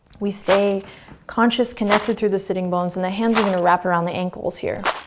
we stay conscious connected through the sitting bones and the hands are going to wrap around the ankles, here.